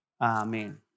Amen